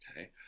okay